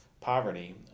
Poverty